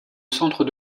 centre